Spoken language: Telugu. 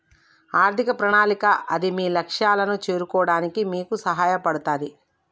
ఆర్థిక ప్రణాళిక అది మీ లక్ష్యాలను చేరుకోవడానికి మీకు సహాయపడతది